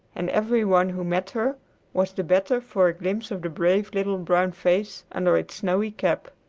and every one who met her was the better for a glimpse of the brave little brown face under its snowy cap.